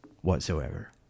whatsoever